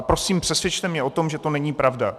Prosím přesvědčte mě o tom, že to není pravda.